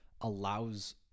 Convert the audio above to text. allows